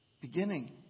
beginning